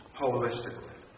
holistically